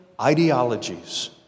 ideologies